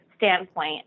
standpoint